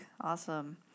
Awesome